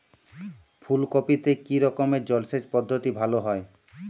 ফুলকপিতে কি রকমের জলসেচ পদ্ধতি ভালো হয়?